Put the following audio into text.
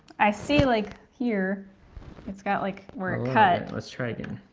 i see like here it's got like where it cut. let's try again,